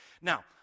now